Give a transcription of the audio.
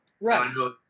Right